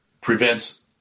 prevents